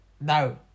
No